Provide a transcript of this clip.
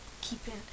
keeping